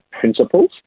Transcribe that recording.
principles